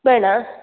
വേണോ